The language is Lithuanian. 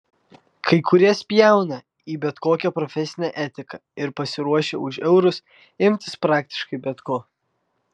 kai kurie spjauna į bet kokią profesinę etiką ir pasiruošę už eurus imtis praktiškai bet ko